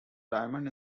diamond